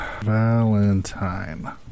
valentine